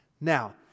Now